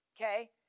Okay